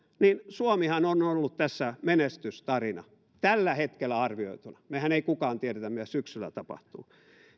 niin suomihan on ollut tässä menestystarina tällä hetkellä arvioituna meistähän ei kukaan tiedä mitä syksyllä tapahtuu